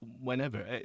whenever